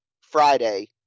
Friday